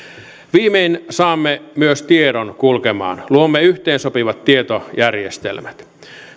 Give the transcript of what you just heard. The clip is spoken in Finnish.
viimein saamme myös tiedon kulkemaan luomme yhteensopivat tietojärjestelmät